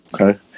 Okay